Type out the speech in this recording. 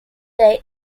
their